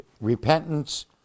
repentance